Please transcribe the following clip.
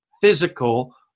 physical